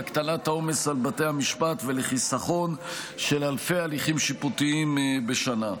להקטנת העומס על בתי המשפט ולחיסכון של אלפי הליכים שיפוטיים בשנה.